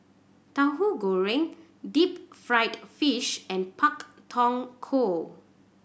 Tahu Goreng deep fried fish and Pak Thong Ko